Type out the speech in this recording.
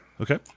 Okay